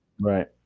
right